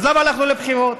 אז למה הלכנו לבחירות?